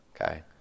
okay